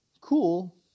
cool